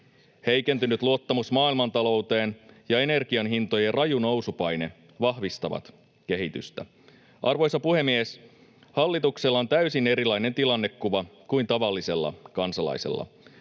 Heikentynyt luottamus maailmantalouteen ja energian hintojen raju nousupaine vahvistavat kehitystä. Arvoisa puhemies! Hallituksella on täysin erilainen tilannekuva kuin tavallisella kansalaisella.